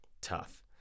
tough